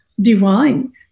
divine